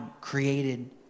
created